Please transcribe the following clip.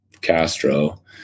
Castro